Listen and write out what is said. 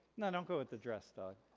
no don't go with the dress dawg.